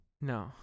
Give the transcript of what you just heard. No